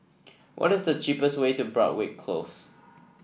what is the cheapest way to Broadrick Close